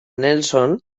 nelson